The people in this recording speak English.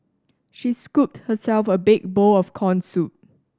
she scooped herself a big bowl of corn soup